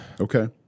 Okay